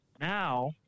Now